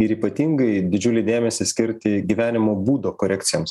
ir ypatingai didžiulį dėmesį skirti gyvenimo būdo korekcijoms